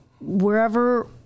wherever